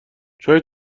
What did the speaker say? چای